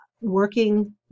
working